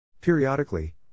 Periodically